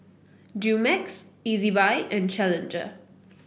Dumex Ezbuy and Challenger